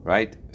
Right